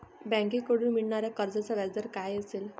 बँकेकडून मिळणाऱ्या कर्जाचा व्याजदर काय असेल?